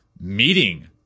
meeting